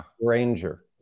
Ranger